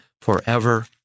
forever